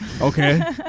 Okay